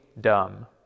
dumb